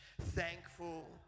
thankful